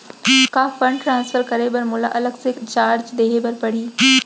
का fund transfer करे बर मोला अलग से चार्ज देहे बर परही?